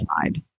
side